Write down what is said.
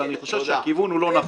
אבל אני חושב שהכיוון הוא לא נכון.